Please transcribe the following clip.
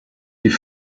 die